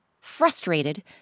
Frustrated